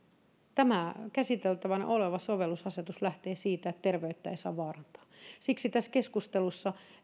tämä käsiteltävänä oleva sovellusasetus lähtee siitä että terveyttä ei saa vaarantaa siksi tässä keskustelussa